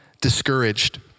discouraged